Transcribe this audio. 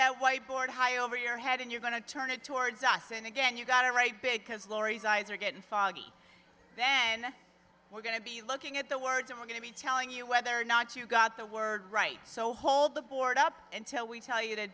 that white board high over your head and you're going to turn it towards us and again you got it right big because laurie's eyes are getting foggy then we're going to be looking at the words and we're going to be telling you whether or not you got the word right so hold the board up until we tell you to